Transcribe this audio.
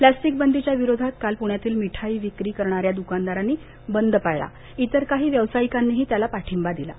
plastic बंदीच्या विरोधात काल पुण्यातील मिठाई विक्री करणाऱ्या दुकानदारांनी बंद पाळला इतर काही व्यवसायिकांनीही त्याला पाठिंबा दिला आहे